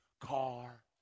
car